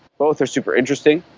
both are super interesting,